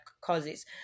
causes